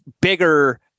bigger